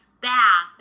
bath